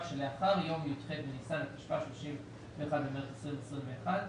שלאחר יום י"ח בניסן התשפ"א (31 במארס 2021),